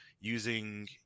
using